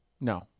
No